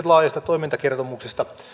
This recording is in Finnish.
laajasta toimintakertomuksesta